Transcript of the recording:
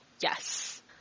Yes